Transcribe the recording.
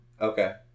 Okay